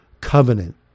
covenant